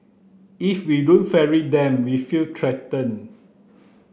if we don't ferry them we feel threatened